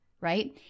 right